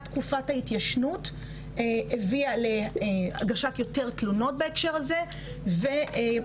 תקופת ההתיישנות הביאה להגשת יותר תלונות בהקשר הזה ואנחנו